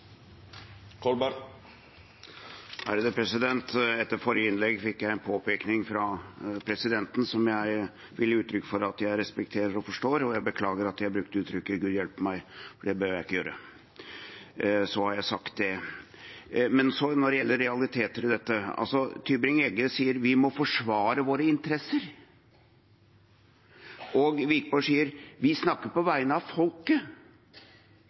Kolberg har hatt ordet to gonger tidlegare og får ordet til ein kort merknad, avgrensa til 1 minutt. Etter forrige innlegg fikk jeg en påpekning fra presidenten som jeg vil gi uttrykk for at jeg respekterer og forstår. Jeg beklager at jeg brukte uttrykket «gud hjelpe meg», for det bør jeg ikke gjøre. Så har jeg sagt det. Men når det gjelder realiteter i dette: Tybring-Gjedde sier at vi må forsvare våre interesser, og